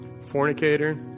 fornicator